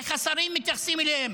איך השרים מתייחסים אליהן,